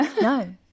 No